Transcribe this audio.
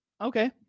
okay